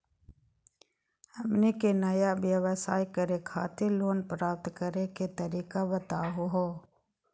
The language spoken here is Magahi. हमनी के नया व्यवसाय करै खातिर लोन प्राप्त करै के तरीका बताहु हो?